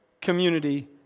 community